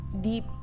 deep